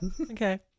Okay